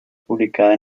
publicada